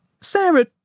Sarah